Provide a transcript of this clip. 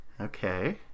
Okay